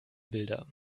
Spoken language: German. bilder